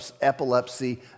epilepsy